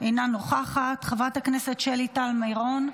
אינה נוכחת, חברת הכנסת שלי טל מירון,